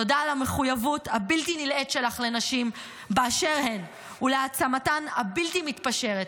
תודה על המחויבות הבלתי-נלאית שלך לנשים באשר הן ולהעצמתן הבלתי-מתפשרת.